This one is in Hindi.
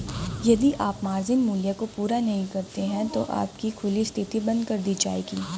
यदि आप मार्जिन मूल्य को पूरा नहीं करते हैं तो आपकी खुली स्थिति बंद कर दी जाएगी